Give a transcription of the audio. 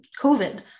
covid